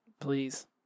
Please